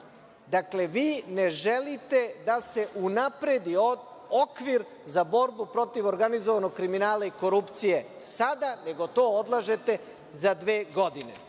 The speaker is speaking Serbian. zakona. Vi ne želite da se unapredi okvir za borbu protiv organizovanog kriminala i korupcije sada, nego to odlažete za dve godine.